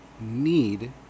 need